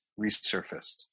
resurfaced